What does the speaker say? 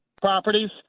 properties